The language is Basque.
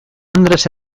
andres